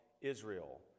Israel